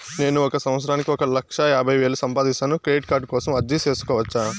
నేను ఒక సంవత్సరానికి ఒక లక్ష యాభై వేలు సంపాదిస్తాను, క్రెడిట్ కార్డు కోసం అర్జీ సేసుకోవచ్చా?